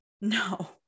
No